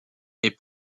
est